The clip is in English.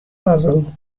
puzzle